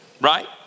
Right